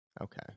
Okay